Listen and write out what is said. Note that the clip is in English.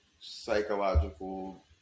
psychological